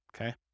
okay